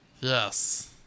Yes